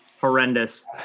horrendous